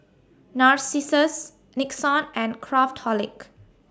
Narcissus Nixon and Craftholic